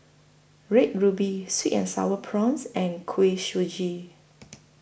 Red Ruby Sweet and Sour Prawns and Kuih Suji